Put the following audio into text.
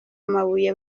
amabuye